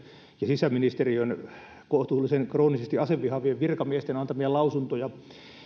sisäministeriön kohtuullisen kroonisesti asevihaavien virkamiesten antamia lausuntoja